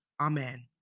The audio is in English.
Amen